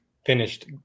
finished